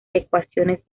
ecuaciones